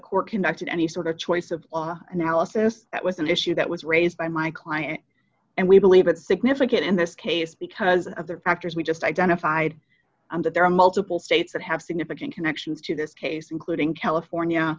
court conducted any sort of choice of analysis that was an issue that was raised by my client and we believe it's significant in this case because of the factors we just identified that there are multiple states that have significant connections to this case including california